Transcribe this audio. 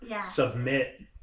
submit